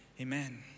Amen